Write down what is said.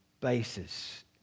basis